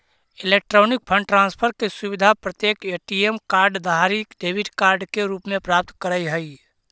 electronic fund transfer के सुविधा प्रत्येक ए.टी.एम कार्ड धारी डेबिट कार्ड के रूप में प्राप्त करऽ हइ